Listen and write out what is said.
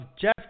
Jeff